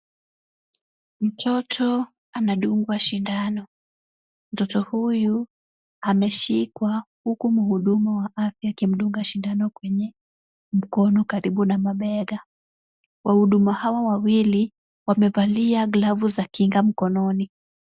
Mtoto anadugwa shindano, mtoto huyu ameshikwa huku mhudumu wa afya akimdunga shindano kwenye mkono karibu na mabega. Wahudumu hawa wawili wamevalia glavu za kinga mkononi.